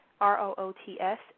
R-O-O-T-S